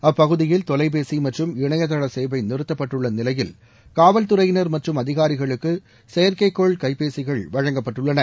அப்பகுதியில் தொலைபேசி மற்றும் இணையதள சேவை நிறுத்தப்பட்டுள்ள நிலையில் காவல்துறையினர் மற்றும் அதிகாரிகளுக்கு செயற்கைக்கோள் கைபேசிகள் வழங்கப்பட்டுள்ளன